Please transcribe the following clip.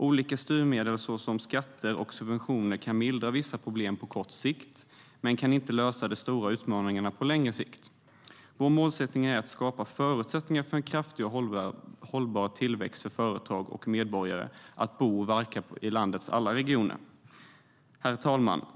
Olika styrmedel såsom skatter och subventioner kan mildra vissa problem på kort sikt men kan inte lösa de stora utmaningarna på längre sikt. Herr talman!